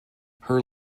her